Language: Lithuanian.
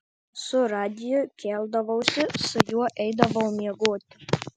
su radiju keldavausi su juo eidavau miegoti